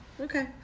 okay